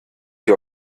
sie